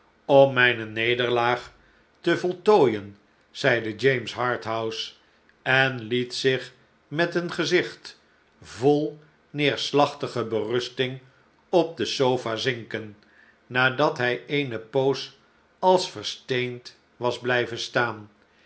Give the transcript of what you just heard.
om mijne nederlaag te voltooien zeide james harthouse en liet zich met een gezicht vol neerslachtige berusting op de sofa zinken nadat hij eene poos als versteend was blijven staan